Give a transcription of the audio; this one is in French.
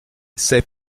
c’est